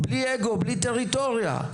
בלי אגו; בלי טריטוריה.